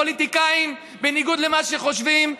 הפוליטיקאים, בניגוד למה שחושבים,